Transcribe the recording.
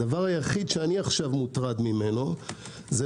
הדבר היחיד שאני מוטרד ממנו עכשיו זה